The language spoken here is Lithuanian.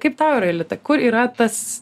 kaip tau yra jolita kur yra tas